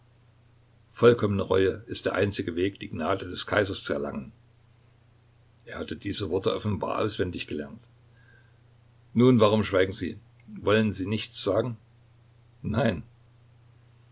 vollkommene reue ist der einzige weg die gnade des kaisers zu erlangen er hatte diese worte offenbar auswendig gelernt nun warum schweigen sie wollen sie nichts sagen nein